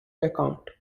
account